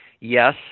yes